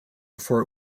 before